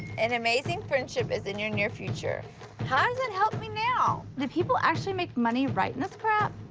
an amazing friendship is in your near future how does it help me now did people actually make money right in this crap